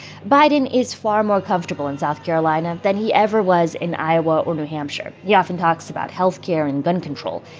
biden is far more comfortable in south carolina than he ever was in iowa or new hampshire. he often talks about health care and gun control,